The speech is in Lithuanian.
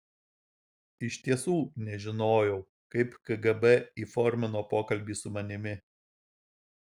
iš tiesų nežinojau kaip kgb įformino pokalbį su manimi